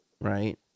right